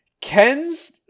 Ken's